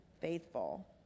faithful